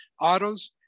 autos